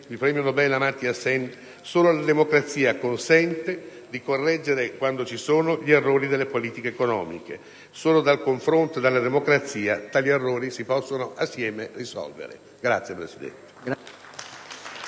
il premio Nobel Amartya Sen, solo la democrazia consente di correggere, quando ci sono, gli errori delle politiche economiche. Solo con il confronto e con la democrazia tali errori si possono, assieme, risolvere. *(Applausi